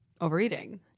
overeating